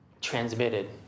transmitted